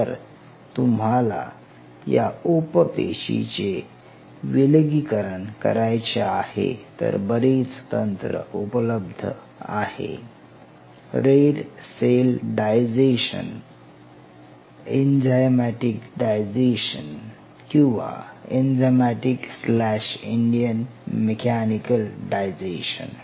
जर तुम्हाला या उप पेशी चे विलगीकरण करायचे आहे तर बरेच तंत्र उपलब्ध आहे red cell digestion enzymatic digestion किंवा enzymatic slash Indian mechanical digestion